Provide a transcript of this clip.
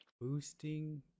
Boosting